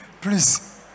Please